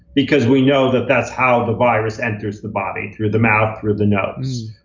because we know that that's how the virus enters the body, through the mouth, through the nose.